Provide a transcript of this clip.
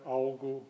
algo